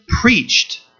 preached